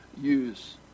use